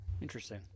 Interesting